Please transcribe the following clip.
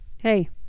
Hey